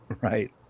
Right